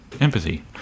empathy